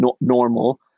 normal